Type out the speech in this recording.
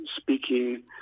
speaking